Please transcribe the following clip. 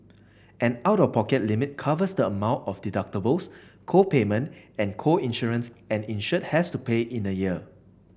an out of pocket limit covers the amount of deductibles co payments and co insurance an insured has to pay in a year